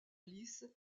alice